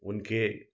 उनके